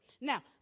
Now